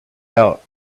out